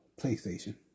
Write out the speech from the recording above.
PlayStation